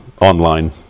online